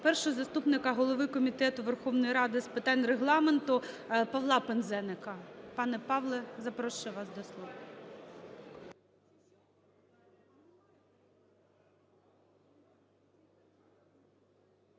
першого заступника голови Комітету Верховної Ради з питань Регламенту Павла Пинзеника. Пане Павле, запрошую вас до слова.